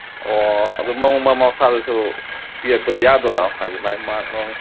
ꯑꯣ ꯑꯗꯣ ꯃꯉꯣꯟ ꯃꯥ ꯃꯁꯥꯗꯁꯨ ꯄꯤꯔꯛꯄꯗꯣ ꯌꯥꯗꯣꯏꯔꯣ ꯍꯥꯏꯗꯤ ꯃꯥꯒꯤ ꯃꯥꯔꯛ ꯅꯨꯡ